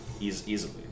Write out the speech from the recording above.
easily